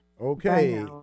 Okay